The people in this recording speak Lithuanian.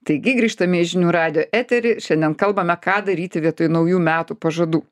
taigi grįžtame į žinių radijo eterį šiandien kalbame ką daryti vietoj naujų metų pažadų